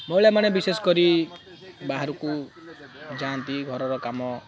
ମହିଳାମାନେ ବିଶେଷ କରି ବାହାରକୁ ଯାଆନ୍ତି ଘରର କାମ